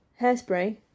Hairspray